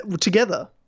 together